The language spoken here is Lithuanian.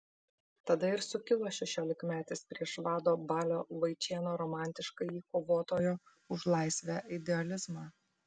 tada ir sukilo šešiolikmetis prieš vado balio vaičėno romantiškąjį kovotojo už laisvę idealizmą